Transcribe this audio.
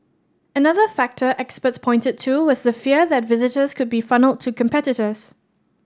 another factor experts pointed to was the fear that visitors could be funnelled to competitors